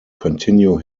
continue